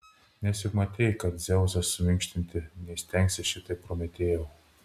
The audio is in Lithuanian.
nes juk matei kad dzeuso suminkštinti neįstengsi šitaip prometėjau